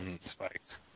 Spikes